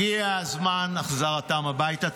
הגיע הזמן להחזרתם הביתה.